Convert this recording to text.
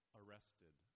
arrested